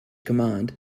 command